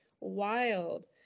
wild